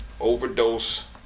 Overdose